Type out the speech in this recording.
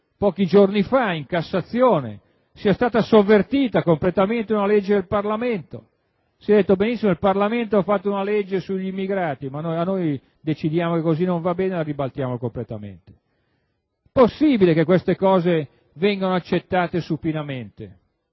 Pochi giorni fa in Cassazione è stata completamente sovvertita una legge del Parlamento; si è detto «benissimo, il Parlamento ha fatto una legge sugli immigrati, ma noi decidiamo che così non va bene e la ribaltiamo completamente». Possibile che tutto questo venga accettato supinamente?